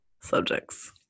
subjects